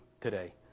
today